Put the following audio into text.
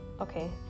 okay